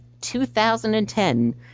2010